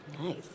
Nice